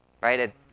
Right